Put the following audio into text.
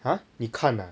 !huh! 你看 ah